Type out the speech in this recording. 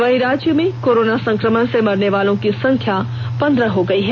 वहीं राज्य में कोरोना संकमण से मरने वालों की संख्या पंद्रह हो गयी है